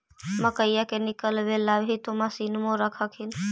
मकईया के निकलबे ला भी तो मसिनबे रख हखिन?